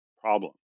problem